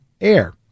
air